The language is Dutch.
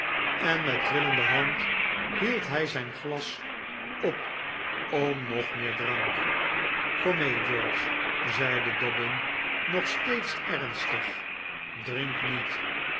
en met trillende hand hield hij zijn glas op om nog meer drank kommee george zeide dobbin nog steeds ernstig drink niet